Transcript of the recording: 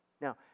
Now